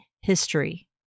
history